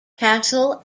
castle